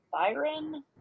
Byron